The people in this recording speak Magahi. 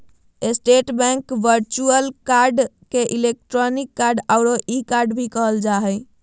स्टेट बैंक वर्च्युअल कार्ड के इलेक्ट्रानिक कार्ड औरो ई कार्ड भी कहल जा हइ